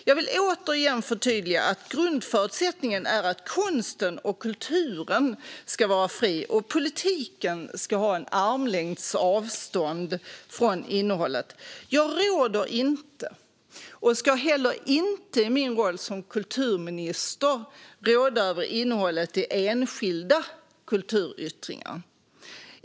Jag vill återigen förtydliga att grundförutsättningen är att konsten och kulturen ska vara fri och att politiken ska ha en armlängds avstånd från innehållet. Jag råder inte över, och ska heller inte i min roll som kulturminister råda över, innehållet i enskilda kulturyttringar.